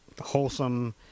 wholesome